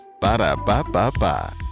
Ba-da-ba-ba-ba